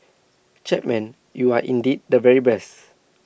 Chapman you are indeed the very best